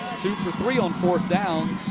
two for three on fourth down.